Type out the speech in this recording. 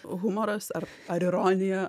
humoras ar ar ironija